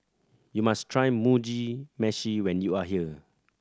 you must try Mugi Meshi when you are here